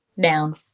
down